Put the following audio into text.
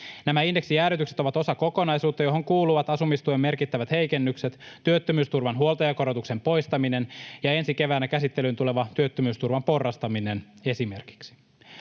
Nämä indeksijäädytykset ovat osa kokonaisuutta, johon kuuluvat esimerkiksi asumistuen merkittävät heikennykset, työttömyysturvan huoltajakorotuksen poistaminen ja ensi keväänä käsittelyyn tuleva työttömyysturvan porrastaminen. Hallituksen